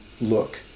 look